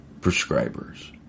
prescribers